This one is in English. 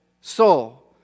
soul